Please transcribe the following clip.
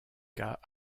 cas